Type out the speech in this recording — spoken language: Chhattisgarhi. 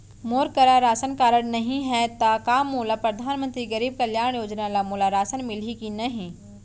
मोर करा राशन कारड नहीं है त का मोल परधानमंतरी गरीब कल्याण योजना ल मोला राशन मिलही कि नहीं?